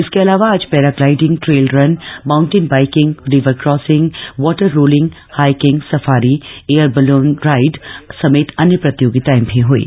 इसके अलावा आज paragliding trail run mountain biking river crossing water rolling hiking safari air balloon ride समेत अन्य प्रतियोगिताएं भी ह्ईं